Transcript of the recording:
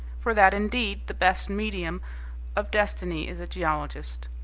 for that indeed the best medium of destiny is a geologist,